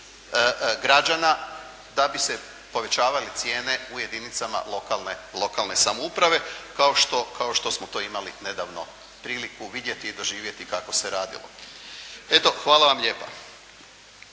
građana da bi se povećavale cijene u jedinicama lokalne samouprave kao što smo to imali nedavno priliku vidjeti i doživjeti kako se radilo. Eto, hvala vam lijepa.